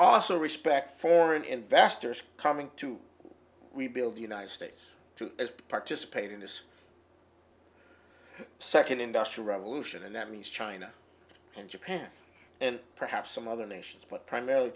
also respect foreign investors coming to rebuild the united states to participate in this second industrial revolution and that means china and japan and perhaps some other nations but primarily